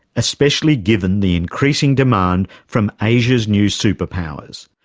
especially given the increasing demand from asia's new super powers.